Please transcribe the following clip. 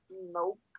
nope